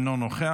אינו נוכח,